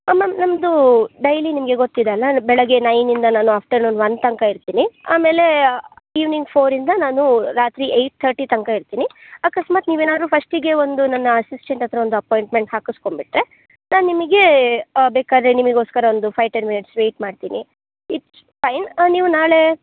ಆಂ ma'am ನಮ್ಮದು daily ನಿಮಗೆ ಗೊತ್ತಿದೆ ಅಲ್ವ ಬೆಳಿಗ್ಗೆ ನೈನಿಂದ ನಾನು ಆಫ್ಟರ್ನೂನ್ ಒನ್ ತನಕ ಇರ್ತೀನಿ ಆಮೇಲೆ ಈವ್ನಿಂಗ್ ಫೋರಿಂದ ನಾನು ರಾತ್ರಿ ಏಯ್ಟ್ ಥರ್ಟಿ ತನಕ ಇರ್ತೀನಿ ಅಕಸ್ಮಾತ್ ನೀವು ಏನಾದ್ರು ಫಸ್ಟಿಗೆ ಒಂದು ನನ್ನ ಅಸಿಸ್ಟೆಂಟ್ ಹತ್ತಿರ ಒಂದು ಅಪಾಯಿಂಟ್ಮೆಂಟ್ ಹಾಕಿಸ್ಕೊಂಬಿಟ್ರೆ ನಾನು ನಿಮಗೆ ಬೇಕಾದ್ರೆ ನಿಮಗೋಸ್ಕರ ಒಂದು ಫೈ ಟೆನ್ ಮಿನಿಟ್ಸ್ ವೇಯ್ಟ್ ಮಾಡ್ತೀನಿ ಇಟ್ಸ್ ಫೈನ್ ನೀವು ನಾಳೆ